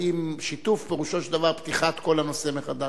האם שיתוף פירושו של דבר פתיחת כל הנושא מחדש,